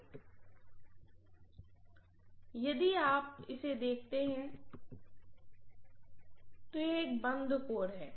तो चुंबकीय सर्किट काफी हद तक पूरा है क्योंकि कोर समग्रता में है यदि आप इसे देखते हैं तो यह एक बंद कोर है